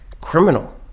criminal